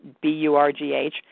B-U-R-G-H